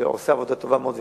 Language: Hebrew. שעושה עבודה טובה מאוד,